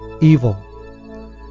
evil